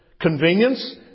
convenience